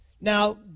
Now